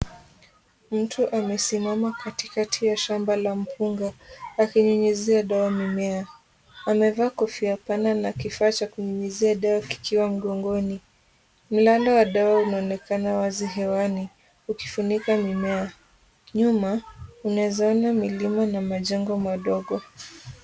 Mtu amesimama katikati ya shamba ya mpunga akinyunyuzia dawa mimea. Amevaa kofia pana na kifaa cha kunyunyuzia dawa kikiwa mgongoni, mlando wa dawa unaonekana wazi hewani ukifunika mimea, Nyuma unaeza ona milima na majengo madogo.